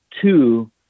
two